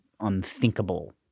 unthinkable